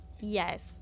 Yes